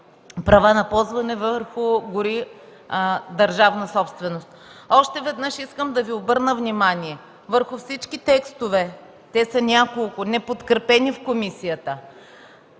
права на ползване върху гори държавна собственост. Още веднъж искам да Ви обърна внимание върху всички текстове – те са няколко, неподкрепени в комисията